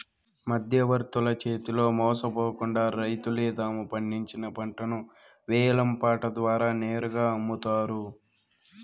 మధ్యవర్తుల చేతిలో మోసపోకుండా రైతులే తాము పండించిన పంటను వేలం పాట ద్వారా నేరుగా అమ్ముతారు